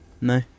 No